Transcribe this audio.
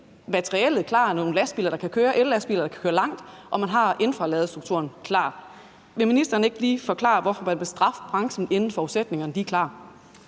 materiellet klar, nogle ellastbiler, der kan køre langt, og have ladeinfrastrukturen klar. Vil ministeren ikke lige forklare, hvorfor man vil straffe branchen, inden forudsætningerne